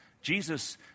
Jesus